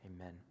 amen